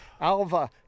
Alva